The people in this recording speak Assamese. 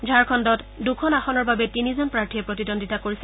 ঝাৰখণ্ডত দুখন ৰাজ্যসভাৰ আসনৰ বাবে তিনিজন প্ৰাৰ্থীয়ে প্ৰতিদ্বন্দ্বিতা কৰিছে